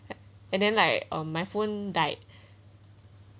and then like um my phone died